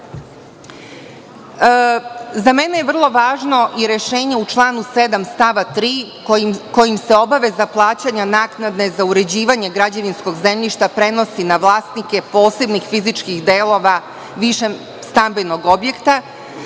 mene je vrlo važno i rešenje u članu 7. stava 3. kojim se obaveza plaćanja naknade za uređivanje građevinskog zemljišta prenosi na vlasnike posebnih fizičkih delova višeg stambenog objekta,